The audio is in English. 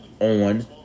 on